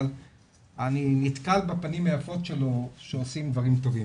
אבל אני נתקל בפנים היפות שלו שעושים דברים טובים.